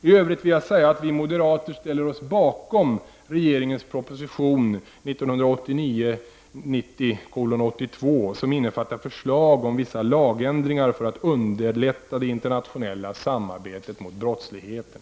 I övrigt vill jag säga att vi moderater ställer oss bakom regeringens proposition 1989/90:82, som innefattar förslag om vissa lagändringar för att underlätta det internationella samarbetet mot brottsligheten.